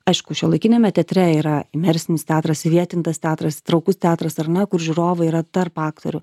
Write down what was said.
aišku šiuolaikiniame teatre yra imersinis teatras įvietintas teatras įtraukus teatras ar ne kur žiūrovai yra tarp aktorių